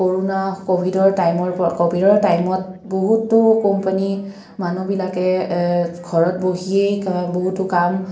corona ক'ভিডৰ টাইমৰ পৰা ক'ভিডৰ টাইমত বহুতো কোম্পানী মানুহবিলাকে ঘৰত বহিয়েই বহুতো কাম